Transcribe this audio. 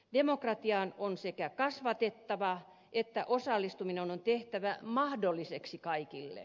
demokratiaan on kasvatettava ja osallistuminen on tehtävä mahdolliseksi kaikille